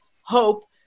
Hope